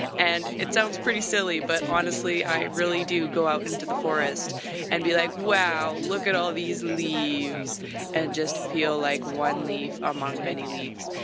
and it sounds pretty silly but honestly i really do go out into the forest and be like, wow, look at all of these leaves and just feel like one leaf among many leaves,